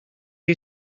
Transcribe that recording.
you